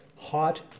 Hot